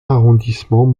arrondissement